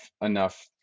enough